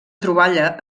troballa